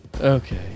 Okay